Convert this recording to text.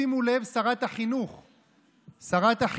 אנחנו